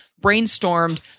brainstormed